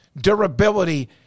durability